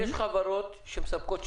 אנחנו מבהירים שגם אם הצ'ק הופקד או